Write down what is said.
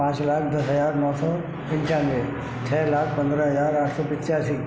पाँच लाख दस हजार नौ सौ पंचानवे छ लाख पंद्रह हजार आठ सौ पचासी